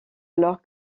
alors